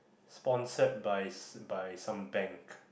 sponsored by s~ by some bank